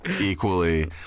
equally